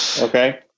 Okay